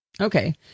Okay